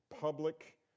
public